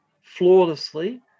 flawlessly